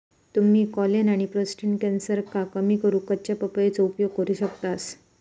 तुम्ही कोलेन आणि प्रोटेस्ट कॅन्सरका कमी करूक कच्च्या पपयेचो उपयोग करू शकतास